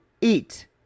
Eat